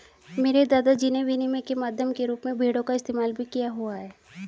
मेरे दादा जी ने विनिमय के माध्यम के रूप में भेड़ों का इस्तेमाल भी किया हुआ है